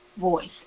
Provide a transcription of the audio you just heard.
voice